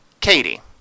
Katie